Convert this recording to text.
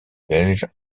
belge